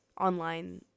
online